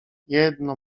jedno